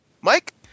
Mike